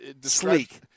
Sleek